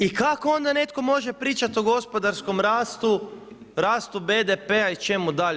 I kako onda netko može pričati o gospodarskom rastu, rastu BDP-a i čemu dalje.